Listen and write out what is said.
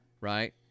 right